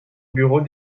bureau